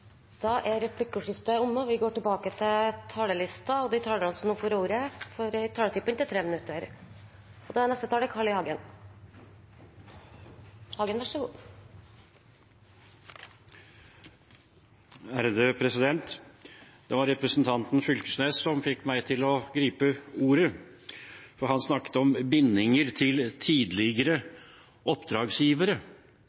er omme. De talerne som heretter får ordet, har en taletid på inntil 3 minutter. Det var representanten Knag Fylkesnes som fikk meg til å gripe ordet. Han snakket om bindinger til tidligere oppdragsgivere. Da har jeg lyst til å stille spørsmålet: Hvorfor skal man ha noen interesse av tidligere